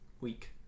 week